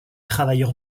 travailleur